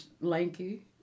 lanky